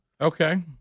Okay